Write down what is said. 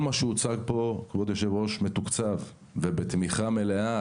כל מה שהוצג פה מתוקצב ובתמיכה מלאה,